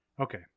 Okay